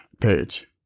page